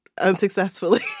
unsuccessfully